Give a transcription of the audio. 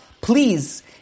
please